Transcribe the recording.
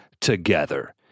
together